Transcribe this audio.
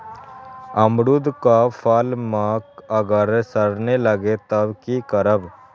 अमरुद क फल म अगर सरने लगे तब की करब?